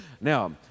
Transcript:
Now